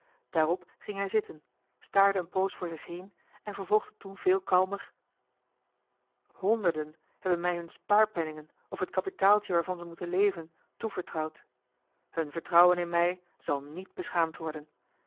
daarop ging hij zitten staarde een poos voor zich heen en vervolgde toen veel kalmer honderden hebben mij hunne spaarpenningen of het kapitaaltje waarvan ze moeten leven toevertrouwd hun vertrouwen in mij zal niet beschaamd worden